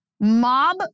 mob